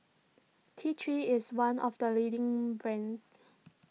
T three is one of the leading brands